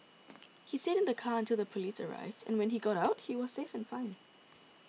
he stayed in the car until the police arrived and when he got out he was safe and fine